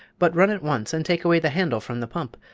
but run at once and take away the handle from the pump,